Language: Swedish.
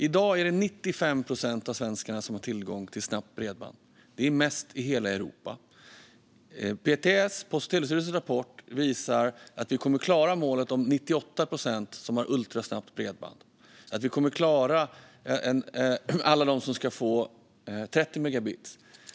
I dag är det 95 procent av svenskarna som har tillgång till snabbt bredband. Det är mest i hela Europa. Rapporten från PTS, Post och telestyrelsen, visar att vi kommer att klara målet att 98 procent ska ha ultrasnabbt bredband och att vi kommer att klara målet för alla dem som ska få 30 megabit.